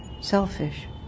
selfish